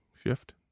shift